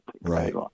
Right